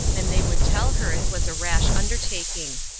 and they would tell her it was a rash undertaking.